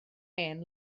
hen